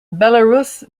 belarus